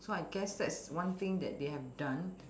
so I guess that's one thing that they have done